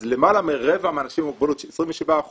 אז למעלה מרבע מאנשים עם מוגבלות, 27%,